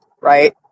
right